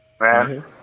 man